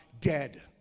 dead